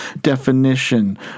definition